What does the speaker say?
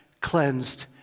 cleansed